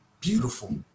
Beautiful